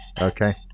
Okay